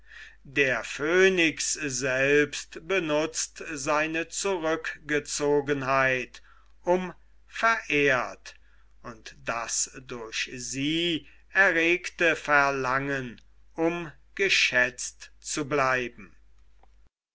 der phönix selbst benutzt seine zurückgezogenheit um verehrt und das durch sie erregte verlangen um geschätzt zu bleiben